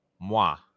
moi